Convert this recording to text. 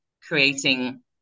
creating